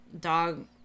dog